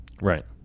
right